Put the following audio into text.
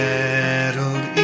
Settled